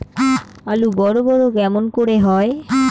আলু বড় বড় কেমন করে হয়?